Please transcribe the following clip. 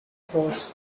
throws